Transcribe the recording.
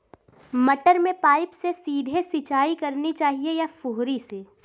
मटर में पाइप से सीधे सिंचाई करनी चाहिए या फुहरी से?